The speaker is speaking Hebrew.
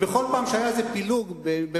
בכל פעם שהיה פילוג במפא"י,